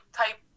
type